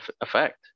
effect